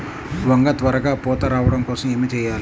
వంగ త్వరగా పూత రావడం కోసం ఏమి చెయ్యాలి?